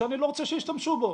או שאני לא רוצה שהשתמשו בו.